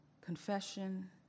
confession